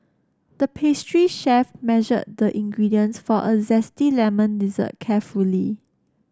the pastry chef measured the ingredients for a zesty lemon dessert carefully